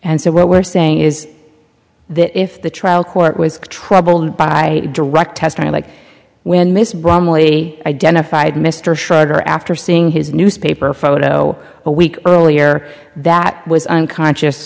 and so what we're saying is that if the trial court was troubled by direct testimony like when mr brumley identified mr schroeder after seeing his newspaper photo a week earlier that was unconscious